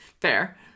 fair